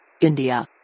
India